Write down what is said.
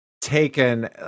taken